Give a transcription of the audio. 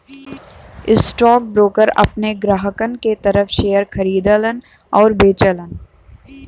stockbroker अपने ग्राहकन के तरफ शेयर खरीदलन आउर बेचलन